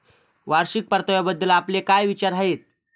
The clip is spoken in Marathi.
वार्षिक परताव्याबद्दल आपले काय विचार आहेत?